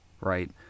right